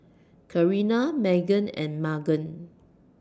Carina Meghann and Magan